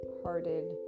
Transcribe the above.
hearted